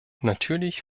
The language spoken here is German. natürlich